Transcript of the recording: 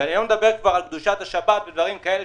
ואני לא מדבר כבר על קדושת השבת ודברים כאלה,